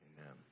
Amen